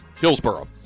Hillsboro